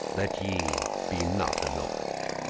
that ye be not annoy'd,